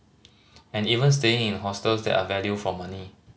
and even staying in hostels that are value for money